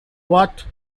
what